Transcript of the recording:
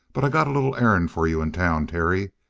but i got a little errand for you in town, terry.